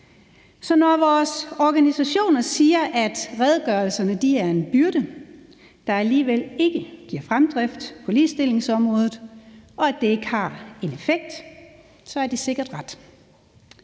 Så når vores organisationer siger, at redegørelserne er en byrde, der alligevel ikke giver fremdrift på ligestillingsområdet, og at det ikke har en effekt, har de sikkert ret.